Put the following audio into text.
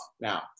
now